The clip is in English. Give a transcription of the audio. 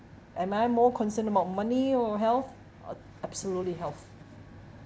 am I more concerned about money or health uh absolutely health